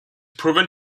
proven